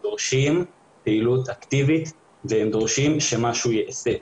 דורשים פעילות אקטיבית והם דורשים שמשהו ייעשה.